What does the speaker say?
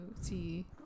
see